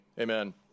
Amen